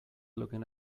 looking